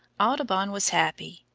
audubon was happy.